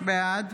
בעד